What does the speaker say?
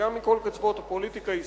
וגם מכל קצוות הפוליטיקה הישראלית,